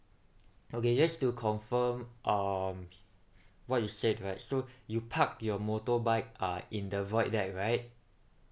okay just to confirm um what you said right so you park your motorbike uh in the void deck right